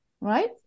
right